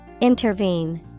Intervene